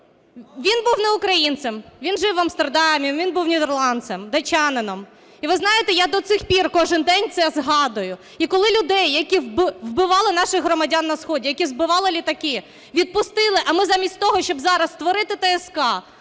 Він був не українцем, він жив в Амстердамі, він був нідерландцем, датчанином. І, ви знаєте, я до цих пір кожен день це згадую. І коли людей, які вбивали наших громадян на сході, які збивали літаки, відпустили, а ми замість того, щоб зараз створити ТСК,